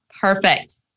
Perfect